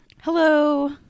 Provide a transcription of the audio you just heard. hello